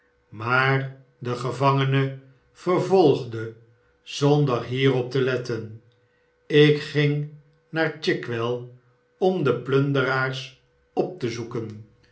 maar de gevangene vervolgde zond'er hierop te letten ik ging naar chigwell om de plunderaars op te zoeken